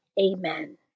Amen